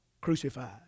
crucified